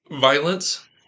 violence